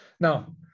Now